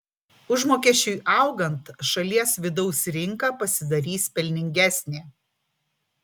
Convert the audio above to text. užmokesčiui augant šalies vidaus rinka pasidarys pelningesnė